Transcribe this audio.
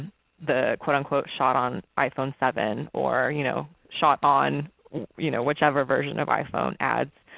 the quote unquote shot on iphone seven, or you know shot on you know which ever version of iphone ads.